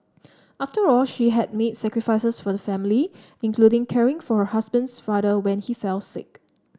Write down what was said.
after all she had made sacrifices for the family including caring for her husband's father when he fell sick